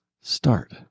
start